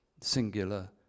singular